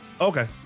okay